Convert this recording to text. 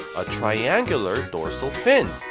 a triangular dorsal fin!